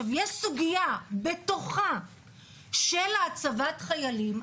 בתוך הסוגיה של הצבת חיילים,